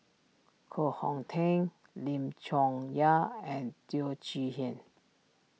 Koh Hong Teng Lim Chong Yah and Teo Chee Hean